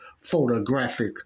photographic